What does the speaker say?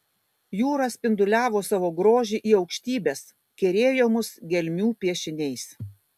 jūra spinduliavo savo grožį į aukštybes kerėjo mus gelmių piešiniais